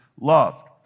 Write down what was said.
loved